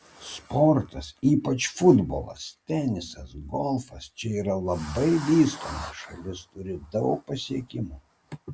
sportas ypač futbolas tenisas golfas čia yra labai vystomi šalis turi daug pasiekimų